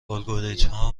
الگوریتمها